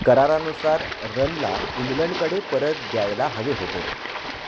करारानुसार रनला इंग्लंडकडे परत द्यायला हवे होते